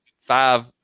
five